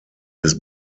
des